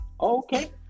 Okay